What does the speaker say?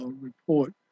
report